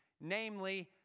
namely